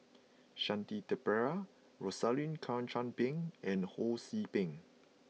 Shanti Pereira Rosaline Chan Pang and Ho See Beng